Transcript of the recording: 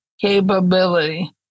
capability